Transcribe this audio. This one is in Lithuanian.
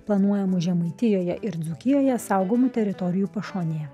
planuojamų žemaitijoje ir dzūkijoje saugomų teritorijų pašonėje